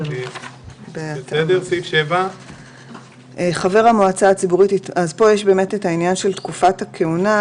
עוברת לסעיף 7. זה תואם את תקופת הכהונה,